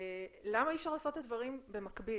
למה אי-אפשר לעשות את הדברים במקביל.